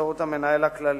באמצעות המנהל הכללי,